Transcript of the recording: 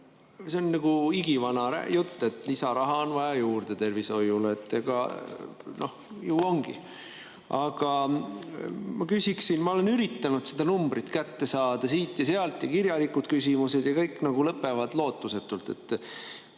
See on nagu igivana jutt, et lisaraha on vaja juurde tervishoiule. Ju ongi. Aga ma olen üritanud seda numbrit kätte saada siit ja sealt. Kirjalikud küsimused kõik lõpevad lootusetult.